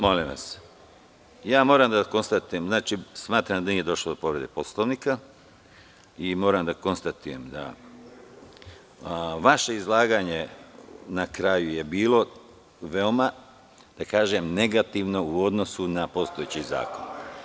Molim vas, moram da konstatujem, smatram da nije došlo do povrede Poslovnika i moram da konstatujem da vaše izlaganje na kraju je bilo veoma negativno u odnosu na postojeći zakon.